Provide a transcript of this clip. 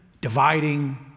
dividing